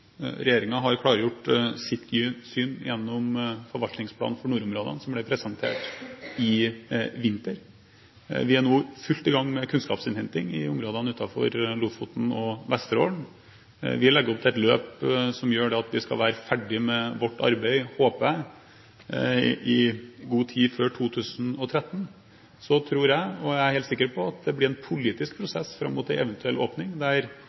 har klargjort sitt syn gjennom forvaltningsplanen for nordområdene, som ble presentert i vinter. Vi er nå i full gang med kunnskapsinnhenting i områdene utenfor Lofoten og Vesterålen. Vi legger opp til et løp som gjør at vi skal være ferdig med vårt arbeid, håper jeg, i god tid før 2013. Så er jeg helt sikker på at det blir en politisk prosess fram mot en eventuell åpning, der